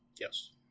Yes